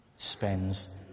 spends